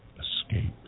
escape